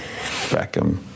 Beckham